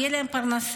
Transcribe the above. האם תהיה להם פרנסה?